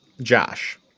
Josh